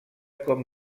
com